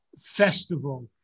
festival